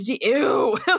ew